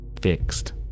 fixed